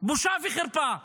בושה וחרפה.